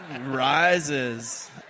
rises